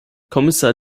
kommissar